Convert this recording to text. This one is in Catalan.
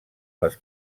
les